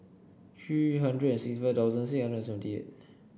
three hundred and sixty five thousand six hundred and seventy eight